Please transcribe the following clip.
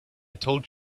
told